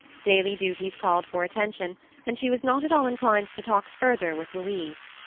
daily duties called for attention, and she was not at all inclined to talk further with louise.